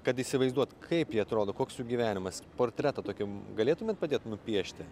kad įsivaizduot kaip jie atrodo koks jų gyvenimas portretą tokį galėtumėt padėt nupiešti